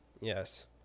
Yes